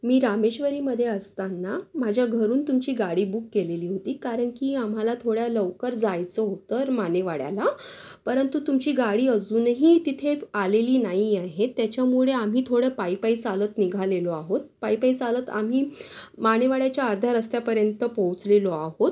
मी रामेश्वरीमध्ये असताना माझ्या घरून तुमची गाडी बुक केलेली होती कारण की आम्हाला थोड्या लवकर जायचं होतं मानेवाड्याला परंतु तुमची गाडी अजूनही तिथे आलेली नाही आहे त्याच्यामुळे आम्ही थोडं पायी पायी चालत निघालेलो आहोत पायी पाई चालत आम्ही मानेवाड्याच्या अर्ध्या रस्त्यापर्यंत पोहोचलेलो आहोत